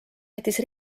jättis